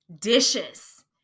dishes